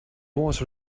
was